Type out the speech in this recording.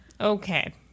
okay